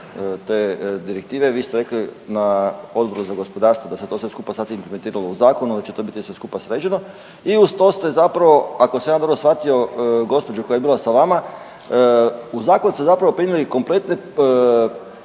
te direktive, vi ste rekli na Odboru za gospodarstvo da se to sve skupa sad implementiralo u zakonu da će to sve skupa biti sređeno i uz to ste zapravo ako sam ja dobro shvatio gospođu koja je bila sa vama, u zakon ste zapravo prenijeli kompletne